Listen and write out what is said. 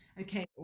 okay